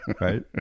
Right